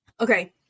Okay